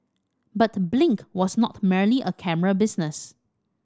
but Blink was not merely a camera business